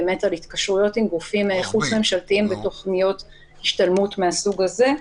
אלא על התקשרויות עם גופים חוץ-ממשלתיים ותכניות השתלמות מהסוג הזה.